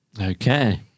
Okay